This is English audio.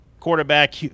quarterback